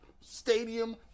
Stadium